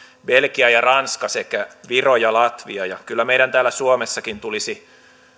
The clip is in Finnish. belgia ja ranska sekä viro ja latvia ja kyllä meidän täällä suomessakin tulisi